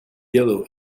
yellow